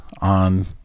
on